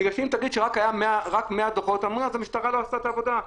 בגלל שאם תגיד שהיו רק 100 דוחות אז יגידו שהמשטרה לא עשתה את העבודה.